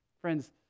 Friends